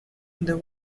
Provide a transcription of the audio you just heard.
the